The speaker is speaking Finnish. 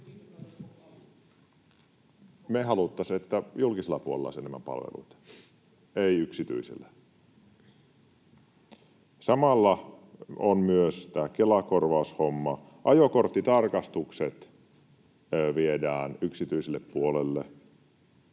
Me haluttaisiin, että julkisella puolella olisi enemmän palveluita, ei yksityisellä. — Samalla on myös tämä Kela-korvaushomma. Ajokorttitarkastukset viedään yksityiselle puolelle.